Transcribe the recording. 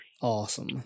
Awesome